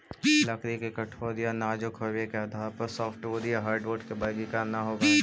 लकड़ी के कठोर या नाजुक होबे के आधार पर सॉफ्टवुड या हार्डवुड के वर्गीकरण न होवऽ हई